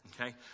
Okay